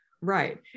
right